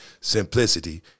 simplicity